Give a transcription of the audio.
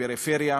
הפריפריה.